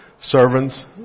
servants